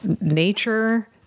nature